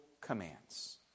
commands